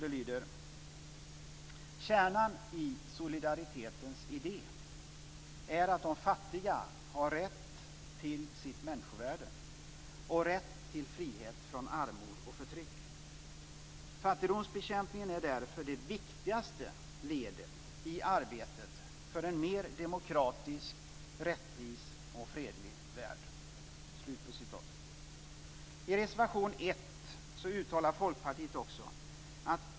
Det lyder: "Kärnan i solidaritetens idé är att de fattiga har rätt till sitt människovärde och rätt till frihet från armod och förtryck. Fattigdomsbekämpningen är därför det viktigaste ledet i arbetet för en mer demokratisk, rättvis och fredlig värld."